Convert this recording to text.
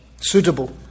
suitable